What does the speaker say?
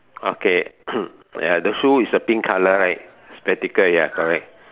okay ya the shoe is a pink colour right spectacle ya correct